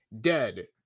dead